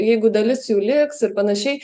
jeigu dalis jų liks ir panašiai